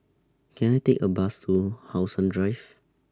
Can I Take A Bus to How Sun Drive